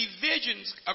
divisions